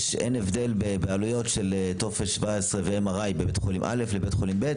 אין הבדל בעלויות של טופס 17 ו-MRI בין בית חולים א' לבית חולים ב'.